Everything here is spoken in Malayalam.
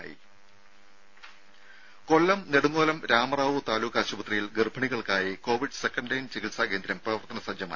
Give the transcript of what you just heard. രുമ കൊല്ലം നെടുങ്ങോലം രാമറാവു താലൂക്ക് ആശുപത്രിയിൽ ഗർഭിണികൾക്കായി കോവിഡ് സെക്കന്റ് ലൈൻ ചികിത്സാ കേന്ദ്രം പ്രവർത്തനസജ്ജമായി